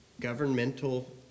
governmental